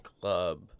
Club